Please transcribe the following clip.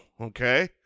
okay